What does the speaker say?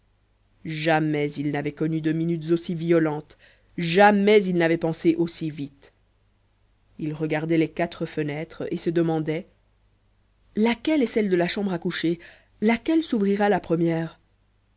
jamais il n'avait connu de minutes aussi violentes jamais il n'avait pensé aussi vite il regardait les quatre fenêtres et se demandait laquelle est celle de la chambre à coucher laquelle s'ouvrira la première